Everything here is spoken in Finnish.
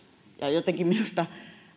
jotenkin minusta